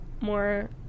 more